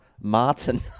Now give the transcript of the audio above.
martin